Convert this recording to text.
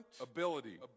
ability